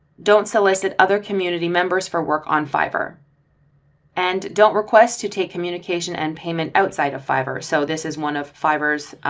don't solicit other community members for work on fiverr and don't request to take communication and payment outside of fiverr. so this is one of fibers,